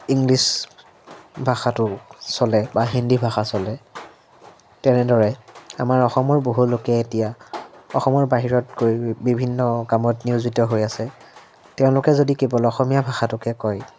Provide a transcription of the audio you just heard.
English ভাষাটো চলে বা হিন্দী ভাষা চলে তেনেদৰে আমাৰ অসমৰ বহুলোকে এতিয়া অসমৰ বাহিৰত গৈ বিভিন্ন কামত নিয়োজিত হৈ আছে তেওঁলোকে যদি কেৱল অসমীয়া ভাষাটোকে কয়